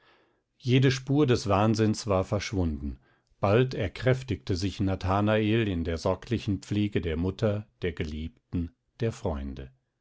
jede spur des wahnsinns war verschwunden bald erkräftigte sich nathanael in der sorglichen pflege der mutter der geliebten der freunde